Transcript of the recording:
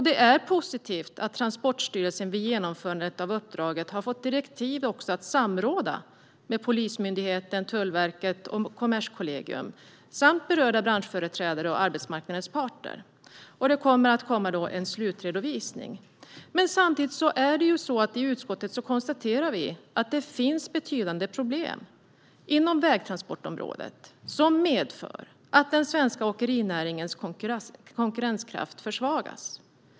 Det är positivt att Transportstyrelsen vid genomförandet av uppdraget har fått direktiv att samråda med Polismyndigheten, Tullverket och Kommerskollegium samt berörda branschföreträdare och arbetsmarknadens parter. Det kommer att komma en slutredovisning. Utskottet kan samtidigt konstatera att det finns betydande problem inom vägtransportområdet som medför att den svenska åkerinäringens konkurrenskraft försvagas.